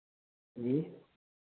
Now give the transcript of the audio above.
जी